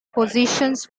positions